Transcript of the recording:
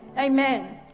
Amen